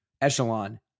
Echelon